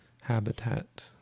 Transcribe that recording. habitat